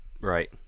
Right